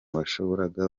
bashoboraga